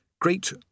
Great